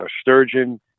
sturgeon